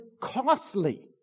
costly